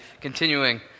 continuing